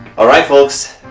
alright folks,